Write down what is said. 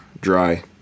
dry